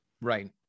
Right